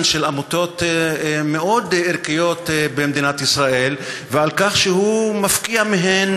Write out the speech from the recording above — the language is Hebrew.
של עמותות מאוד ערכיות במדינת ישראל ועל כך שהוא מפקיע מהן